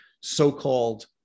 so-called